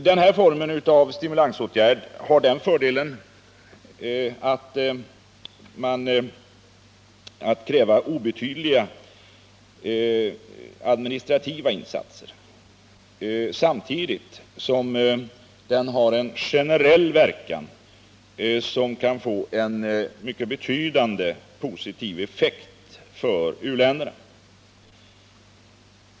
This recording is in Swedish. Denna form av stimulansåtgärd har den fördelen att kräva obetydliga administrativa insatser samtidigt som den har en generell verkan som kan få en mycket betydande positiv effekt för u-länderna.